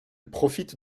profite